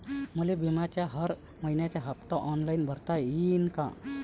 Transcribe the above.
मले बिम्याचा हर मइन्याचा हप्ता ऑनलाईन भरता यीन का?